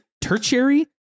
Tertiary